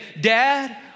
Dad